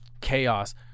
chaos